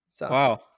Wow